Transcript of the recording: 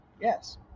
yes